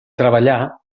treballar